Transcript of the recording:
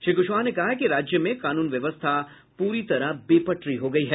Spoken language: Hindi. श्री कुशवाहा ने कहा कि राज्य में कानून व्यवस्था पूरी तरह बेपटरी हो गई है